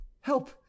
help